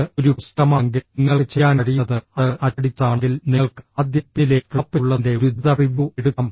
ഇത് ഒരു പുസ്തകമാണെങ്കിൽ നിങ്ങൾക്ക് ചെയ്യാൻ കഴിയുന്നത് അത് അച്ചടിച്ചതാണെങ്കിൽ നിങ്ങൾക്ക് ആദ്യം പിന്നിലെ ഫ്ലാപ്പിലുള്ളതിന്റെ ഒരു ദ്രുത പ്രിവ്യൂ എടുക്കാം